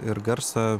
ir garsą